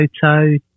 photo